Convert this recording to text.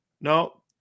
No